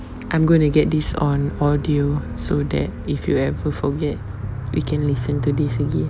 I'm gonna get this on audio so that if you ever forget we can listen to it again